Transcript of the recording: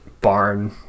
barn